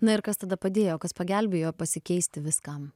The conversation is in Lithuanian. na ir kas tada padėjo kas pagelbėjo pasikeisti viskam